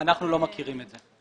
אנחנו לא מכירים את זה.